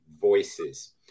voices